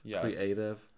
creative